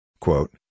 Quote